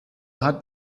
hat